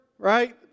right